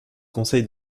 conseil